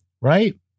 Right